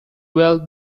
well